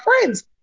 friends